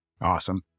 Awesome